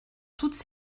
toutes